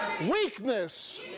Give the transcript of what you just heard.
Weakness